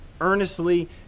earnestly